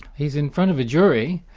he's in front of a jury,